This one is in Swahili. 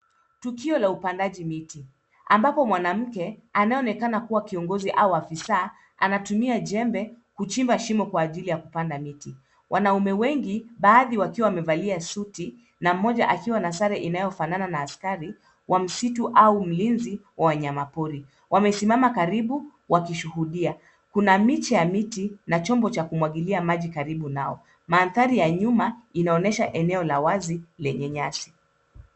Tukio la upandaji miti ambako mwanamke anayeonekana kuwa kiongozi au afisa anatumia jembe kuchimba shimo kwa ajili ya kupanda miti. Wanaume wengi baadhi wakiwa wamevalia suti na mmoja akiwa na sare inayofanana na askari wa msitu au mlinzi wa wanyamapori wamesimama karibu wakishuhudia kuna miche ya miti na chombo cha kumwagilia maji karibu nao. Mandhari ya nyuma inaonesha eneo la wazi lenye nyasi.